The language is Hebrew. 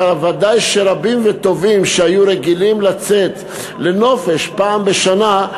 ודאי שרבים וטובים שהיו רגילים לצאת לנופש פעם בשנה,